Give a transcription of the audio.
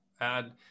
add